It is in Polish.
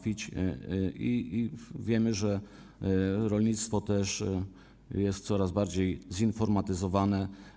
Wiemy, że rolnictwo jest coraz bardziej zinformatyzowane.